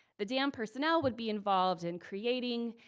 the dam personnel would be involved in creating,